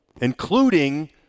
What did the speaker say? including